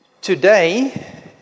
Today